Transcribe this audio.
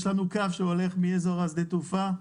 יש לנו קו שהולך מאזור שדה התעופה,